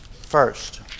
First